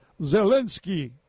Zelensky